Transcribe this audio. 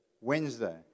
Wednesday